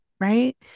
Right